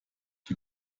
die